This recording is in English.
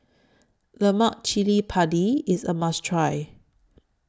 Lemak Cili Padi IS A must Try